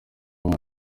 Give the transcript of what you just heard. aba